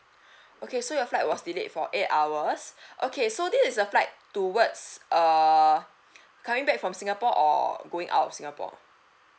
okay so your flight was delayed for eight hours okay so this is the flight towards err coming back from singapore or going out of singapore